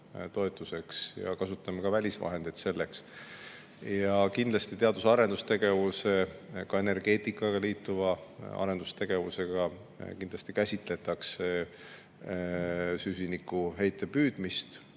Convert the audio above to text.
toetuseks. Me kasutame ka välisvahendeid selleks. Kindlasti teadus- ja arendustegevuses, ka energeetikaga liituvas arendustegevuses käsitletakse süsinikuheite püüdmist.